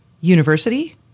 University